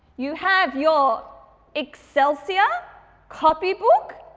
you have your excelsior copy book,